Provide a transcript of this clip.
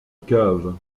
cave